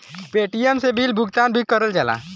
Paytm से bill भुगतान भी करल जाला